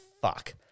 fuck